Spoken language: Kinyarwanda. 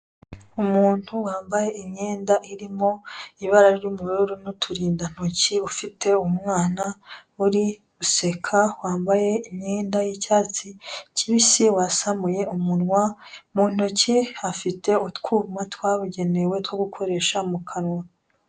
Umuntu wambaye imyenda irimo ibara ry'ubururu n'uturinda ntoki ufite umwana uriguseka, wambaye imyenda y'icyatsi kibisi, wasamuye umunwa. Mu ntoki afite utwuma twabugenewe two gukoresha mu kanwa.